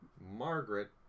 Margaret